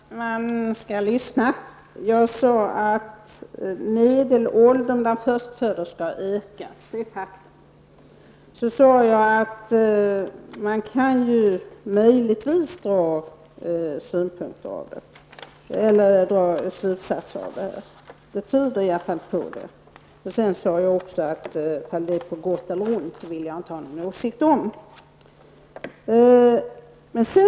Herr talman! Man skall lyssna! Jag sade att medelåldern bland förstföderskor har ökat -- det är ett faktum. Vidare sade jag att man möjligtvis kan dra slutsatser av det; Siffrorna tyder i alla fall på det. Sedan sade jag också att jag inte ville ha någon åsikt om huruvida det var på gott eller ont.